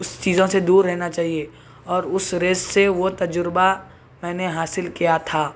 اس چیزوں سے دور رہنا چاہیے اور اس ریس سے وہ تجربہ میں نے حاصل کیا تھا